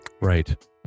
Right